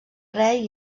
rei